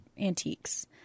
antiques